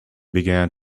began